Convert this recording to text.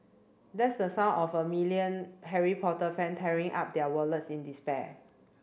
that's the sound of a million Harry Potter fan tearing up their wallets in despair